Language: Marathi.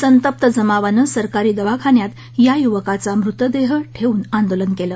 संतप्त जमावानं सरकारी दवाखान्यात या युवकाचा मृतदेह ठेऊन आंदोलन केलं